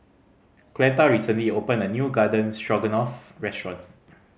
Cleta recently opened a new Garden Stroganoff restaurant